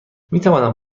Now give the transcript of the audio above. میتوانم